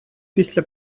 після